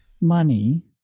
money